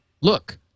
look